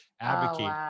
advocate